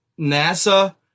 NASA